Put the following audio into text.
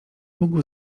mógł